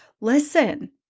listen